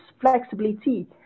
flexibility